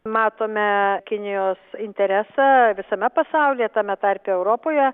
matome kinijos interesą visame pasaulyje tame tarpe europoje